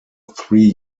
three